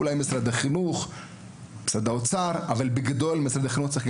אם משרד האוצר או משרד החינוך.